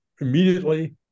immediately